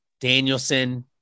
Danielson